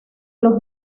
los